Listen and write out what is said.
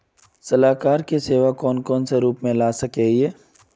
सलाहकार के सेवा कौन कौन रूप में ला सके हिये?